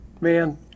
man